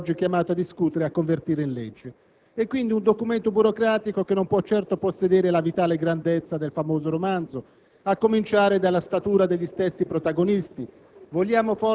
che il Senato è oggi chiamato a discutere e a convertire in legge. È quindi un documento burocratico che non può certo possedere la vitale grandezza del famoso romanzo, a cominciare dalla statura degli stessi protagonisti: